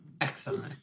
Excellent